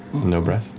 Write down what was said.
no breath.